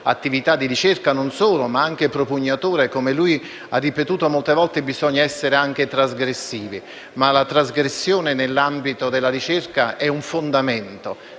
attività di ricerca e non solo perché, come lui ha ripetuto molte volte, bisogna essere anche trasgressivi. Ma la trasgressione, nell'ambito della ricerca, è un fondamento,